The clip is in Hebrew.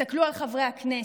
תסתכלו על חברי הכנסת.